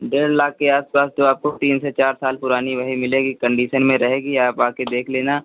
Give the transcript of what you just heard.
डेढ़ लाख के आस पास तो आपको तीन से चार साल पुरानी वही मिलेगी कंडीसन में रहेगी आप आ कर देख लेना